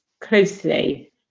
closely